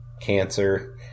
cancer